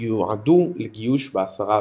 יועדו לגירוש ב-10 במרץ.